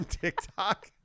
tiktok